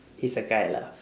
he's a guy lah